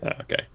okay